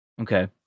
Okay